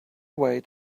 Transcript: way